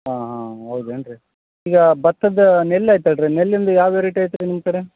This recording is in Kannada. ಹಾಂ ಹಾಂ ಹೌದೇನ್ರಿ ಈಗ ಭತ್ತದ್ದು ನೆಲ್ಲು ಐತಲ್ಲ ರೀ ನೆಲ್ಲಿಂದು ಯಾವ ವೆರೈಟಿ ಐತೆ ರೀ ನಿಮ್ಮ ಕಡೆ